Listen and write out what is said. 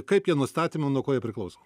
kaip jie nustatomi nuo ko jie priklauso